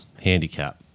handicap